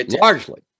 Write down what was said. Largely